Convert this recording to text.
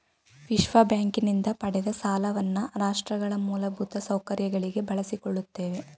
ವಿಶ್ವಬ್ಯಾಂಕಿನಿಂದ ಪಡೆದ ಸಾಲವನ್ನ ರಾಷ್ಟ್ರಗಳ ಮೂಲಭೂತ ಸೌಕರ್ಯಗಳಿಗೆ ಬಳಸಿಕೊಳ್ಳುತ್ತೇವೆ